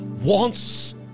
wants